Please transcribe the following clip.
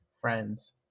friends